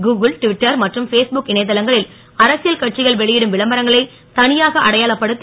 Google Twitter மற்றும் Facebook இணைய தளங்களில் அரசியல் கட்சிகள் வெளி டும் விளம்பரங்களை த யாக அடையாளப்படுத்